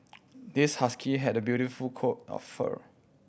this husky had a beautiful coat of fur